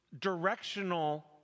directional